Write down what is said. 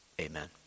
amen